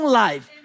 life